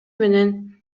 менен